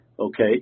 okay